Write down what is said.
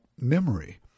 memory